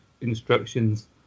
instructions